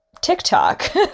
TikTok